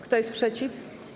Kto jest przeciw?